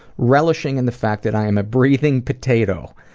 relishing in the fact that i am a breathing potato.